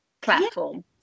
platform